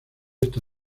esta